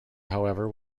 however